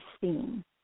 seen